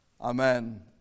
Amen